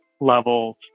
levels